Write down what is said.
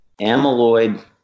Amyloid